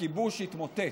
הכיבוש יתמוטט.